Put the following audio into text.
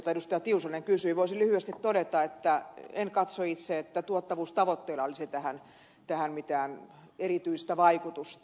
tiusanen kysyi vastauksena voisin lyhyesti todeta että en katso itse että tuottavuustavoitteilla olisi tähän mitään erityistä vaikutusta